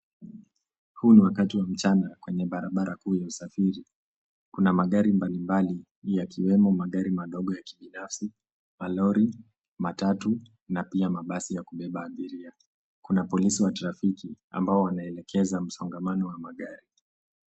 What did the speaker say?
Huu ni wakati wa mchana, kwenye barabara kuu ya usafiri. Kuna magari mbalimbali yakiwemo magari madogo ya kibinafsi, malori, matatu na pia mabasi ya kubeba abiria. Kuna polisi wa trafiki ambao wanaelekeza msongamano wa magari.